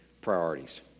priorities